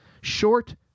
short